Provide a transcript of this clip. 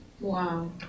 Wow